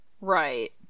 Right